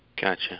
Gotcha